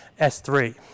S3